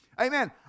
Amen